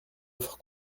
offre